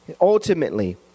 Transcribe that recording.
ultimately